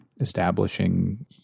establishing